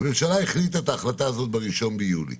הממשלה החליטה את ההחלטה הזאת ב-1 ביולי,